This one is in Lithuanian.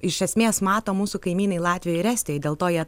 iš esmės mato mūsų kaimynai latvija ir estija dėl to jie